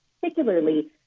particularly